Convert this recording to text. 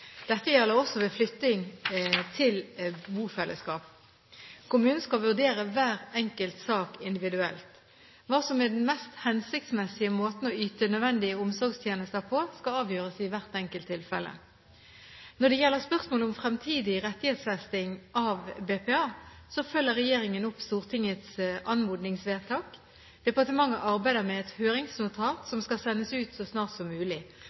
Dette gjelder også ved flytting til bofellesskap. Kommunen skal vurdere hver enkelt sak individuelt. Hva som er den mest hensiktsmessige måten å yte nødvendige omsorgstjenester på, skal avgjøres i hvert enkelt tilfelle. Når det gjelder spørsmålet om fremtidig rettighetsfesting av BPA, følger regjeringen opp Stortingets anmodningsvedtak. Departementet arbeider med et høringsnotat som skal sendes ut så snart som mulig.